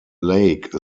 lake